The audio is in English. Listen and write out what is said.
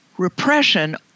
Repression